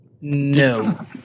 No